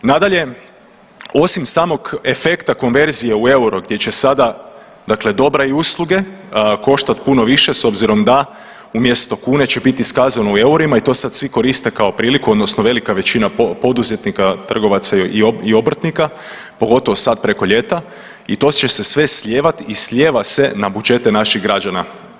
Nadalje, osim samog efekta konverzije u euro gdje će sada, dakle dobra i usluge koštati puno više s obzirom da umjesto kune će biti iskazano u eurima i to sad svi koriste kao priliku, odnosno velika većina poduzetnika, trgovaca i obrtnika pogotovo sad preko ljeta i to će se sve slijevati i slijeva se na budžete naših građana.